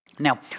Now